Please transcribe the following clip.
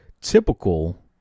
typical